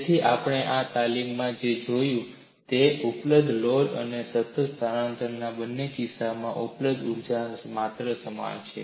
તેથી આપણે આ તાલીમમાં જે જોયું છે તે છે ઉપલબ્ધ લોડ અને સતત સ્થાનાંતરણના બંને કિસ્સાઓમાં ઉપલબ્ધ ઊર્જાની માત્રા સમાન છે